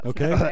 Okay